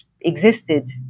existed